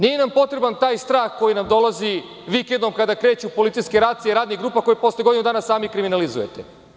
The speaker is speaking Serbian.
Nije nam potreban taj strah koji nam dolazi vikendom kada kreću policijske racije radnih grupa koje posle godinu dana sami kriminalizujete.